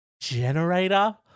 generator